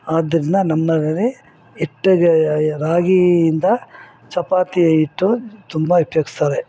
ಆದ್ರಿಂದ ನಮ್ಮಮನೇಲಿ ಹಿಟ್ಟಿಗೆ ರಾಗಿಯಿಂದ ಚಪಾತಿ ಹಿಟ್ಟು ತುಂಬ ಉಪ್ಯೋಗಿಸ್ತಾರೆ